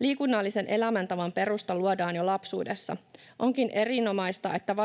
Liikunnallisen elämäntavan perusta luodaan jo lapsuudessa. Onkin erinomaista, että